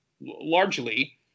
largely